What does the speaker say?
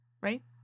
Right